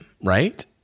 right